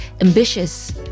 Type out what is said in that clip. ambitious